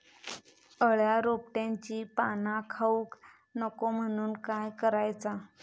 अळ्या रोपट्यांची पाना खाऊक नको म्हणून काय करायचा?